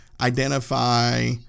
identify